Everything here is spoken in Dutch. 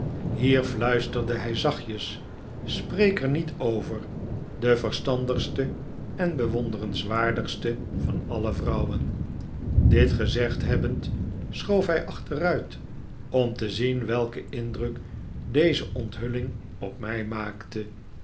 fluisterde hij zachtjes spreek er niet over de verstandigste en bewonderenswaardigste van alle vrouwen dit gezegd hebbend schoof hij achteruit om te zien welken indruk deze onthulling op mij maakte